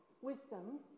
wisdom